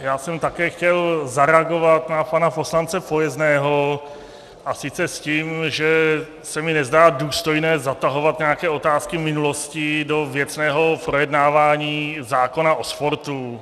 Já jsem také chtěl zareagovat na pana poslance Pojezného, a sice s tím, že se mi nezdá důstojné zatahovat nějaké otázky minulosti do věcného projednávání zákona o sportu.